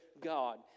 God